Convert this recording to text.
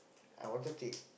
I wanted